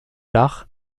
dach